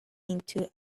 into